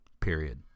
Period